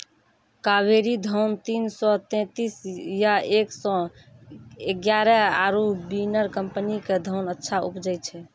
कावेरी धान तीन सौ तेंतीस या एक सौ एगारह आरु बिनर कम्पनी के धान अच्छा उपजै छै?